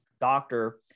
doctor